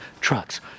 trucks